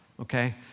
okay